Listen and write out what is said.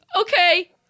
Okay